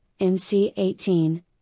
MC18